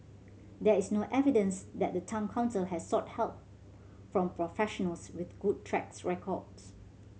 there is no evidence that the Town Council has sought help from professionals with good tracks records